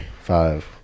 Five